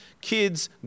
kids